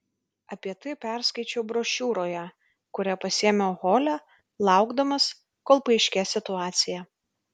apie tai perskaičiau brošiūroje kurią pasiėmiau hole laukdamas kol paaiškės situacija